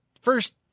first